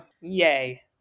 Yay